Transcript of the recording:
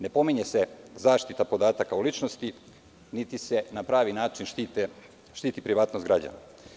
Ne pominje se zaštita podataka o ličnosti, niti se na pravi način štiti privatnost građana.